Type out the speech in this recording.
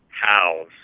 howls